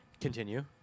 continue